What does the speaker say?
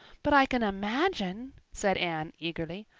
but i can imagine, said anne eagerly.